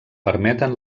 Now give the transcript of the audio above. permeten